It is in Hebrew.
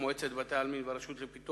2,000 מצבות בחלקות ותיקות